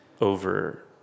over